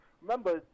remember